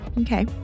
okay